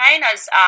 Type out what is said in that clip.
China's